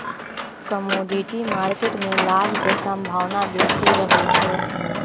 commodity market में लाभ के संभावना बेशी रहइ छै